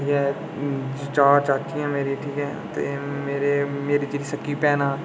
ठीक ऐ चार चाचू न मेरे ते ठीक ऐ ते मेरी जेह्की सक्की भैन